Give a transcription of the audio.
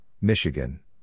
Michigan